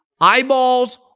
Eyeballs